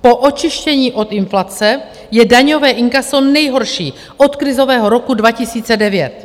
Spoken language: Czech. Po očištění od inflace je daňové inkaso nejhorší od krizového roku 2009.